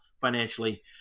financially